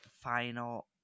final